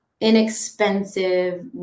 inexpensive